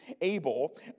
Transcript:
Abel